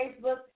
Facebook